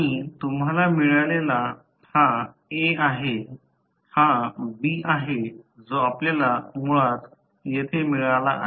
आणि तुम्हाला मिळालेला हा A आहे हा B आहे जो आपल्याला मुळात येथे मिळाला आहे